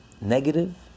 negative